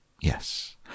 Yes